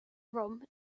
rum